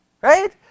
Right